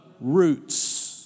roots